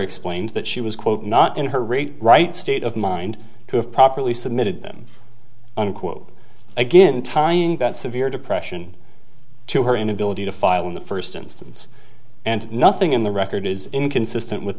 explained that she was quote not in her rate right state of mind to have properly submitted them unquote again tying that severe depression to her inability to file in the first instance and nothing in the record is inconsistent with